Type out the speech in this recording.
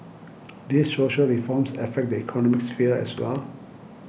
these social reforms affect the economic sphere as well